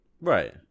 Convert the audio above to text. Right